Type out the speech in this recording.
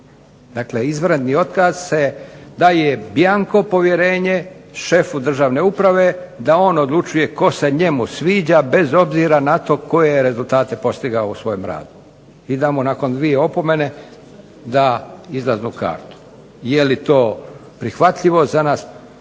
Dakle izvanredni otkaz se daje bjanko povjerenje šefu državne uprave da on odlučuje tko se njemu sviđa, bez obzira na to koje je rezultate postigao u svojem radu, i da mu nakon dvije opomene da izlaznu kartu. Je li to prihvatljivo za nas,